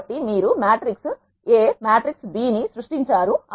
కాబట్టి మీరు matrix A matrix B ని సృష్టించారు